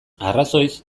arrazoiz